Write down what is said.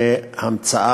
היא המצאת